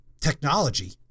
technology